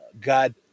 God